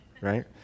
right